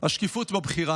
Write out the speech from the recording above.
השקיפות בבחירה,